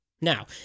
Now